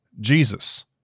Jesus